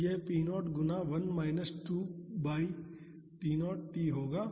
तो वह p0 गुणा 1 माइनस 2 बाई T0t होगा